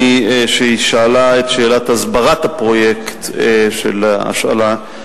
ששאלה את שאלת הסברת הפרויקט של ההשאלה,